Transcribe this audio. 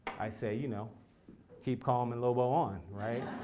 i say you know keep calm and lobo on, right?